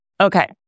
okay